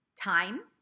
Time